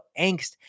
angst